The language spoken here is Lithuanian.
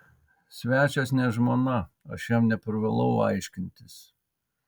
svečias ne žmona aš jam neprivalau aiškintis